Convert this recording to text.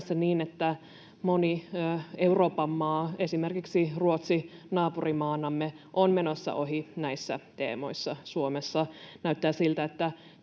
että moni Euroopan maa, esimerkiksi Ruotsi naapurimaanamme, on menossa ohi näissä teemoissa. Suomessa näyttää siltä,